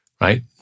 right